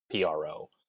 PRO